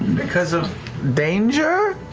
because of danger?